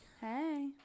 Hey